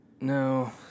No